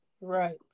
Right